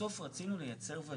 בסוף רצינו לייצר ודאות.